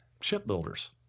shipbuilders